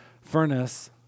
furnace